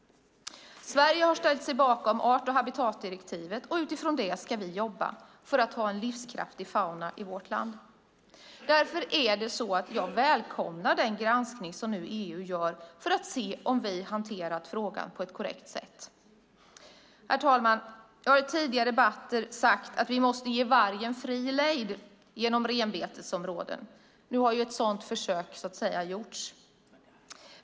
Sverige har ställt sig bakom art och habitatdirektivet, och utifrån det ska vi jobba för att ha en livskraftig fauna i vårt land. Därför välkomnar jag den granskning som EU gör för att se om vi hanterat frågan på ett korrekt sätt. Herr talman! Jag har i tidigare debatter sagt att vi måste ge vargen fri lejd genom renbetesområden. Nu har ett sådant försök gjorts.